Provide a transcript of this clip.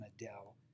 Adele